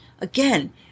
again